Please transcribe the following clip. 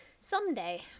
someday